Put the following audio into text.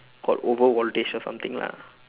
got over voltage or something lah